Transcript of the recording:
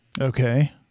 Okay